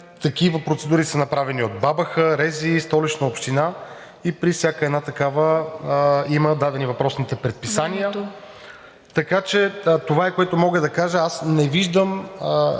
Регионалната здравна инспекции, Столичната община и при всяка една такава има дадени въпросните предписания. Това е, което мога да кажа. Аз не виждам